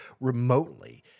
remotely